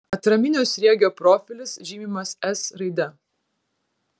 atraminio sriegio profilis žymimas s raide